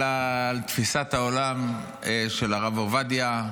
על תפיסת העולם של הרב עובדיה,